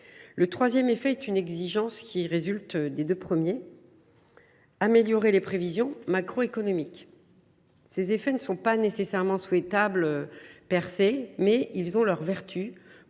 Le troisième effet, exigence qui résulte des deux premiers, serait d’améliorer les prévisions macroéconomiques. Ces effets ne sont pas nécessairement souhaitables, mais ils ont leur vertu pour